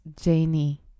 Janie